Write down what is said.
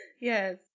Yes